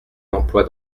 emploi